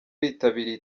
bitabiriye